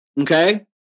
Okay